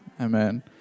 Amen